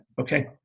Okay